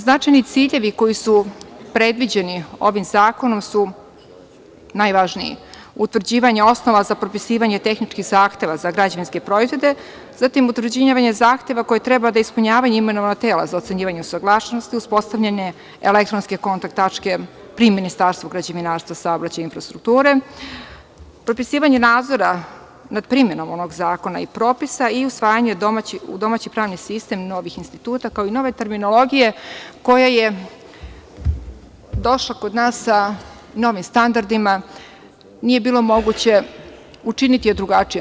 Značajni ciljevi koji su predviđeni ovim zakonom su najvažniji – utvrđivanje osnova za propisivanje tehničkih zahteva za građevinske proizvode, zatim utvrđivanje zahteva koje treba da ispunjavaju imenovana tela za ocenjivanje usaglašenosti, uspostavljanje elektronske kontakt tačke pri Ministarstvu građevinarstva, saobraćaja, infrastrukture, propisivanje nadzora nad primenom ovog zakona i propisa i usvajanje u domaći pravni sistem novih instituta, kao i nove terminologije, koja je došla kod nas sa novim standardima, nije bilo moguće učiniti je drugačijom.